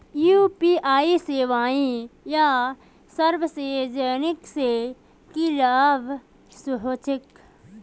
UPI सेवाएँ या services से की लाभ होचे?